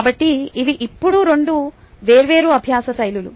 కాబట్టి ఇవి ఇప్పుడు రెండు వేర్వేరు అభ్యాస శైలులు